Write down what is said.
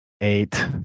eight